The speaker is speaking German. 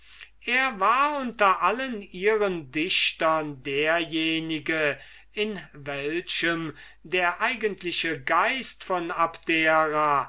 er war unter allen ihren dichtern derjenige in welchem der eigentliche geist von abdera